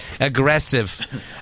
aggressive